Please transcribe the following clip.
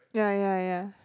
ya ya ya